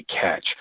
catch